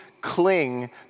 cling